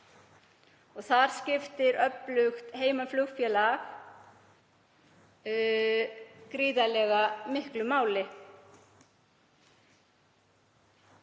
þar skiptir öflugt heimaflugfélag gríðarlega miklu máli.